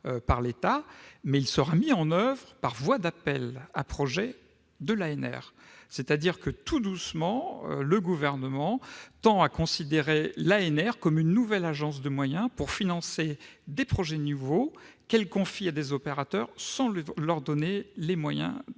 par l'État, sera mis en oeuvre par voie d'appels à projets de l'ANR. Ainsi, tout doucement, le Gouvernement tend à considérer l'ANR comme une nouvelle agence de moyens pour financer des projets nouveaux, qu'elle confie à des opérateurs sans leur donner de moyens de